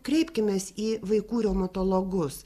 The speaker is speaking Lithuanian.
kreipkimės į vaikų reumatologus